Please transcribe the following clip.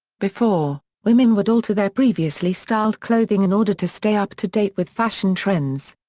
before, women would alter their previously styled clothing in order to stay up to date with fashion trends.